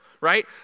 right